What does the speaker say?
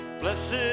Blessed